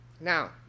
Now